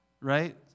right